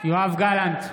יואב גלנט,